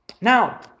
Now